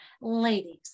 Ladies